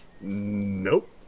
Nope